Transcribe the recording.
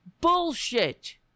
Bullshit